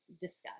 discuss